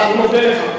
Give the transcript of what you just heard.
אני מודה לך.